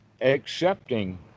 accepting